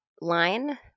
line